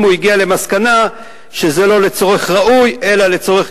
אם הוא הגיע למסקנה שזה לא לצורך ראוי אלא לצורך,